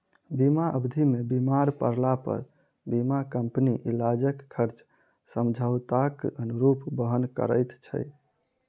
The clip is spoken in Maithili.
बीमा अवधि मे बीमार पड़लापर बीमा कम्पनी इलाजक खर्च समझौताक अनुरूप वहन करैत छै